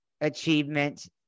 achievement